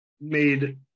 made